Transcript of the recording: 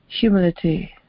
humility